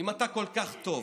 אם אתה כל כך טוב,